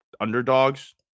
underdogs